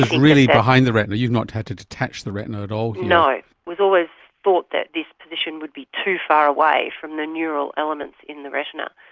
really behind the retina, you've not had to detach the retina at all here. no. we've always thought that this position would be too far away from the neural elements in the retina,